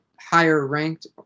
higher-ranked